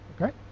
Okay